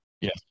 yes